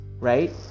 right